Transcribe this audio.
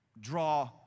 draw